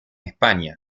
españa